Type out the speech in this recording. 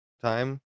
time